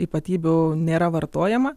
ypatybių nėra vartojama